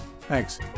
Thanks